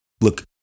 look